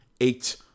eight